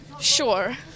Sure